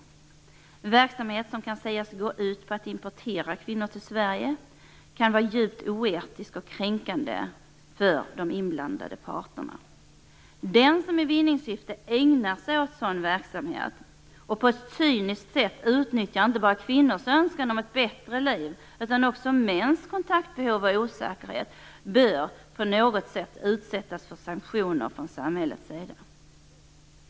Det är en verksamhet som kan sägas gå ut på att importera kvinnor till Sverige. Det kan vara djupt oetiskt och kränkande för de inblandade parterna. Den som i vinningssyfte ägnar sig åt sådan verksamhet och på ett cyniskt sätt utnyttjar inte bara kvinnors önskan om ett bättre liv utan också mäns kontaktbehov och osäkerhet bör på något sätt utsättas för sanktioner från samhällets sida.